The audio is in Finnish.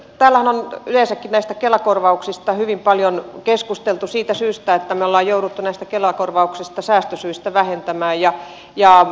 täällähän on yleensäkin näistä kela korvauksista hyvin paljon keskusteltu siitä syystä että me olemme joutuneet näistä kela korvauksista säästösyistä vähentämään